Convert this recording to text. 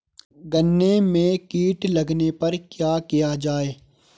गन्ने में कीट लगने पर क्या किया जाये?